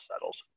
settles